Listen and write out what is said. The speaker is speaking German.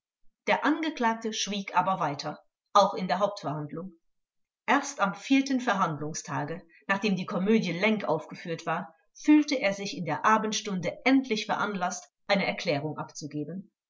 der angeklagte schwieg aber weiter auch in der hauptverhandlung erst am vierten verhandlungstage nachdem die komödie lenk aufgeführt war fühlte er sich in der abendstunde endlich veranlaßt eine erklärung abzugeben